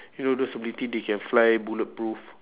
you know those ability they can fly bulletproof